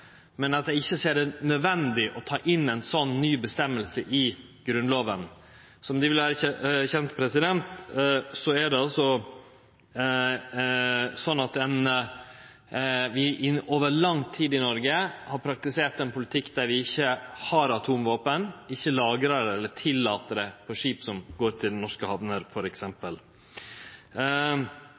men at dei ikkje ser det som nødvendig å ta inn ei slik ny føresegn i Grunnlova. Som det vil være kjent, er det slik at vi over lang tid i Noreg har praktisert ein politikk der vi ikkje har atomvåpen, ikkje lagrar dei eller tillèt dei på skip som går til norske hamner,